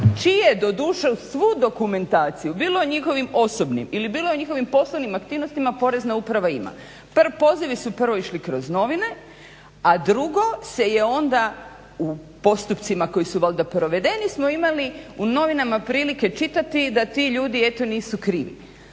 čije doduše uz svu dokumentaciju, bilo u njihovim osobnim ili bilo u njihovim poslovnim aktivnostima Porezna uprava ima. Pozivi su prvo išli kroz novine, a drugo se onda u postupcima koji su valjda provedeni smo imali u novinama prilike čitati da ti ljudi eto nisu krivi.